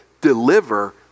deliver